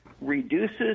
reduces